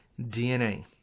DNA